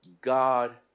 God